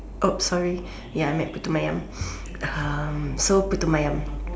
!oops! sorry I meant putu-mayam so putu-mayam